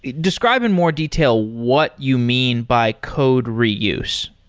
describe in more detail what you mean by code reuse.